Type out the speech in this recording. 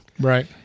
Right